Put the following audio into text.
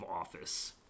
office